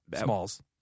Smalls